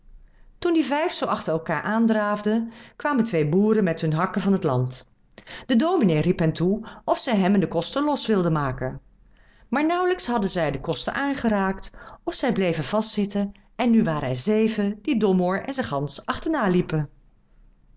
toen die vijf zoo achter elkaâr aan draafden kwamen twee boeren met hun hakken van het land de dominee riep hen toe of zij hem en den koster los wilden maken maar nauwelijks hadden zij den koster aangeraakt of zij bleven vastzitten en nu waren er zeven die domoor en zijn gans achterna liepen